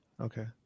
Okay